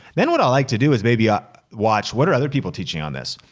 then what i like to do is maybe ah watch what are other people teaching on this?